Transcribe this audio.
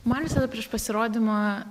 man visada prieš pasirodymą